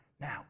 now